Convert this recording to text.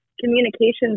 communications